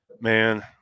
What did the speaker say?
Man